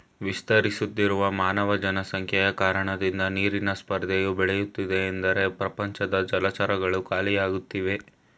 ವಿಸ್ತರಿಸುತ್ತಿರುವ ಮಾನವ ಜನಸಂಖ್ಯೆಯ ಕಾರಣದಿಂದ ನೀರಿನ ಸ್ಪರ್ಧೆಯು ಬೆಳೆಯುತ್ತಿದೆ ಎಂದರೆ ಪ್ರಪಂಚದ ಜಲಚರಗಳು ಖಾಲಿಯಾಗ್ತಿವೆ